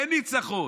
אין ניצחון.